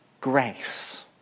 grace